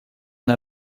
n’a